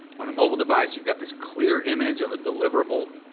on a mobile device, you've got this clear image of a deliverable.